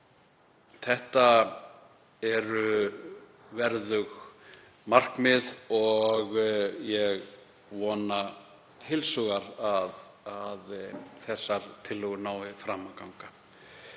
Þetta eru verðug markmið og ég vona heils hugar að þessar tillögur nái fram að ganga.